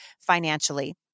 financially